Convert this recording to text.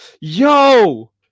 Yo